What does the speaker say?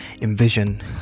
envision